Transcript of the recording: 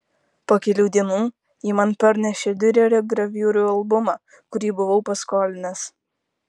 po kelių dienų ji man parnešė diurerio graviūrų albumą kurį buvau paskolinęs